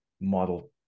model